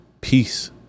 peace